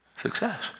Success